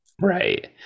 right